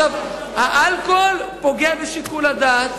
האלכוהול פוגע בשיקול הדעת,